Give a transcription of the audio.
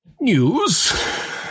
News